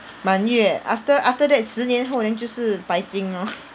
满月 after after that 十年后 then 就是白金 lor